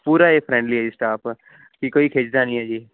ਪੂਰਾ ਇਹ ਫ੍ਰੈਂਡਲੀ ਹੈ ਜੀ ਸਟਾਫ ਵੀ ਕੋਈ ਖਿਝਦਾ ਨਹੀਂ ਹੈ ਜੀ